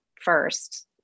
first